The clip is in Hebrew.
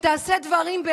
תוסיף לי אחר כך